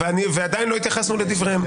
ועדיין לא התייחסנו לדבריהם.